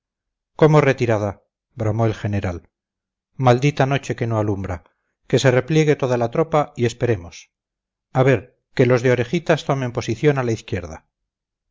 cómo retirada bramó el general maldita noche que no alumbra que se repliegue toda la tropa y esperemos a ver que los de orejitas tomen posición a la izquierda